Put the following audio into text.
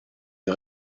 des